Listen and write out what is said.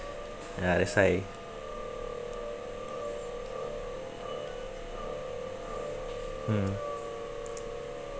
ya that's why mm